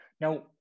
Now